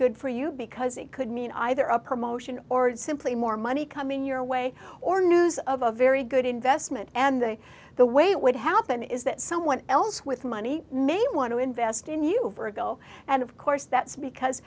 good for you because it could mean either a promotion or simply more money coming your way or news of a very good investment and the way it would happen is that someone else with money may want to invest in you ergo and of course that's because